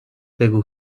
بگو